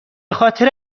خاطر